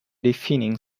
deafening